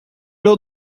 lors